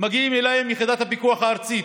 מגיעים אליהם מיחידת הפיקוח הארצית,